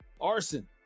Arson